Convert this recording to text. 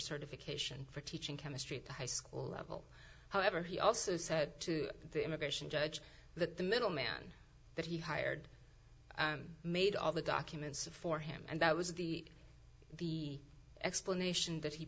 certification for teaching chemistry to high school level however he also said to the immigration judge that the middleman that he hired made all the documents for him and that was the the explanation that he